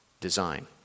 design